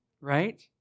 right